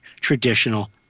traditional